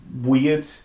weird